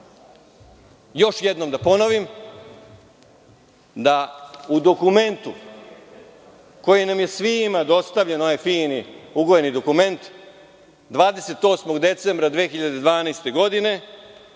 još jednom da ponovim da u dokumentu, koji nam je svima dostavljen, onaj fini, ugojeni dokument, 28. decembra 2012. godine,